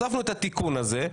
הוספנו את התיקון שאומר,